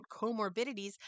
comorbidities